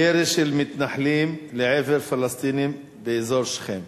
ירי של מתנחלים לעבר פלסטינים באזור שכם,